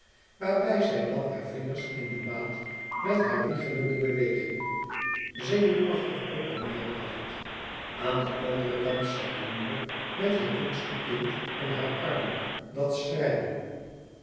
waarbij zij dan haar vingers in de maat met haar wiegelende beweging zenuwachtig op en neer bracht aan den anderen kant zat de moeder met het jongste kind in haar armen dat